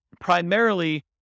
primarily